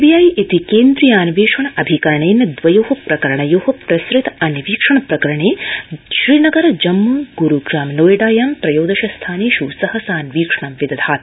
CBI CBI इति केन्द्रीयान्वेषणाभिकरणेन द्वयो प्रकरणयो प्रसृतान्वीक्षण प्रकरणे श्रीनगर जम्मू ग्रूग्राम नोएडायां त्रयोदश स्थानेष् सहसान्वीक्षणं विदधाति